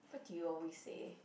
what do you always say